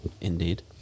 Indeed